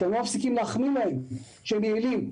אתם לא מפסיקים להחמיא להם שהם יעילים.